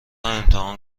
امتحان